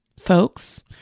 folks